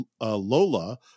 Lola